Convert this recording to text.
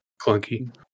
clunky